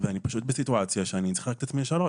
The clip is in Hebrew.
אני פשוט בסיטואציה שאני צריך לחלק את עצמי לשלוש.